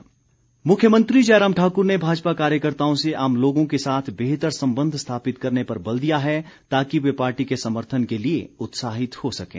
मुख्यमंत्री मुख्यमंत्री जयराम ठाकुर ने भाजपा कार्यकर्ताओं से आम लोगों के साथ बेहतर संबंध स्थापित करने पर बल दिया है ताकि वे पार्टी के समर्थन के लिए उत्साहित हो सकें